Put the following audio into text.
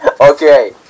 okay